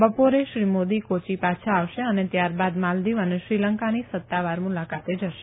બપોરે શ્રી મોદી કોચી પાછા આવશે અને ત્યારબાદ માલદીવ અને શ્રીલંકાની સત્તાવાર મુલાકાતે જશે